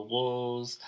Walls